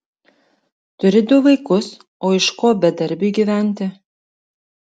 turi du vaikus o iš ko bedarbiui gyventi